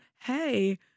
hey